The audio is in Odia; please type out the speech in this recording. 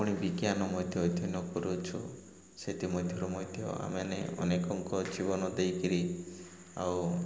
ପୁଣି ବିଜ୍ଞାନ ମଧ୍ୟ କରୁଛୁ ସେଥିମଧ୍ୟରୁ ମଧ୍ୟ ଆମ ମାନେ ଅନେକଙ୍କ ଜୀବନ ଦେଇ କରି ଆଉ